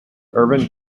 irvine